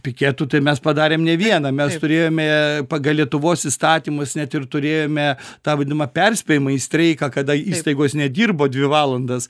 piketų tai mes padarėm ne vieną mes turėjome pagal lietuvos įstatymus net ir turėjome tą vadinamą perspėjamąjį streiką kada įstaigos nedirbo dvi valandas